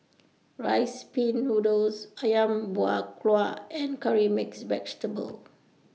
Rice Pin Noodles Ayam Buah Keluak and Curry Mixed Vegetable